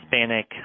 Hispanic